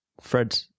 Fred